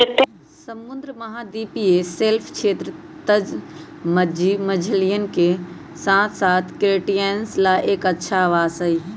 समृद्ध महाद्वीपीय शेल्फ क्षेत्र, तलमज्जी मछलियन के साथसाथ क्रस्टेशियंस ला एक अच्छा आवास हई